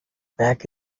back